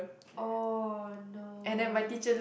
oh no